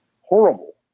horrible